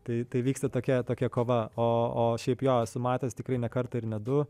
tai tai vyksta tokia tokia kova o o šiaip jo esu matęs tikrai ne kartą ir ne du